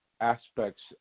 aspects